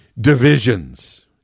Divisions